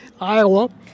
Iowa